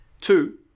Two